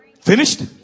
Finished